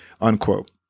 unquote